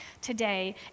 today